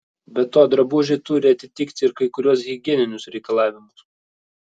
be to drabužiai turi atitikti ir kai kuriuos higieninius reikalavimus